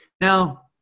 Now